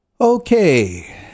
Okay